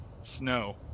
Snow